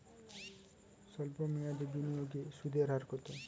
সল্প মেয়াদি বিনিয়োগে সুদের হার কত?